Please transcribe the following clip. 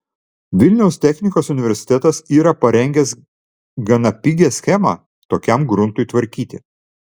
vilniaus technikos universitetas yra parengęs gana pigią schemą tokiam gruntui tvarkyti